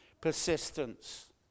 persistence